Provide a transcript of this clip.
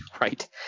Right